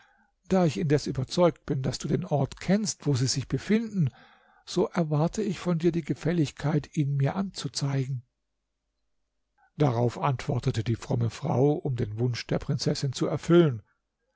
da ich indes überzeugt bin daß du den ort kennst wo sie sich befinden so erwarte ich von dir die gefälligkeit ihn mir anzuzeigen darauf antwortete die fromme frau um den wunsch der prinzessin zu erfüllen